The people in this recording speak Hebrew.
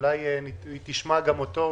אולי היא תשמע גם אותו.